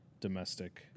Domestic